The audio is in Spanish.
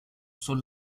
son